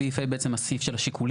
סעיף (ה) בעצם הסעיף של השיקולים,